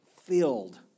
filled